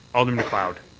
alderman mcleod.